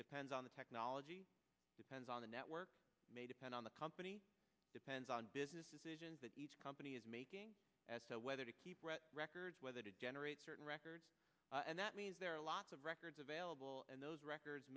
depends on the technology depends on the network may depend on the company depends on business decisions that each company is making as to whether to keep records whether to generate certain records and that means there are lots of records available and those records